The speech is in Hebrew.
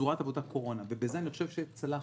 לצורת עבודת קורונה, ואת זה אני חושב שצלחנו